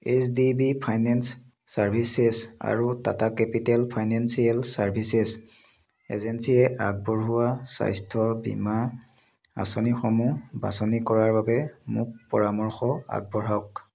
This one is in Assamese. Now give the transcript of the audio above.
H D B finance services আৰু টাটা কেপিটেল ফাইনেন্সিয়েল চাৰ্ভিচেছ এজেঞ্চিয়ে আগবঢ়োৱা স্বাস্থ্য বীমা আঁচনিসমূহ বাছনি কৰাৰ বাবে মোক পৰামৰ্শ আগবঢ়াওক